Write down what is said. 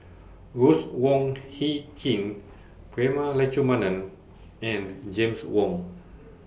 Ruth Wong Hie King Prema Letchumanan and James Wong